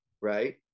right